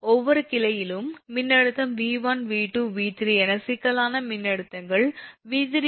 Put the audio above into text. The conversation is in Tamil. ஒவ்வொரு கிளையிலும் மின்னழுத்தம் 𝑉1 𝑉2 𝑉3 என சிக்கலான மின்னழுத்தங்கள் 𝑉3 𝑉4 𝑉5 𝑉6 𝑉7 𝑉8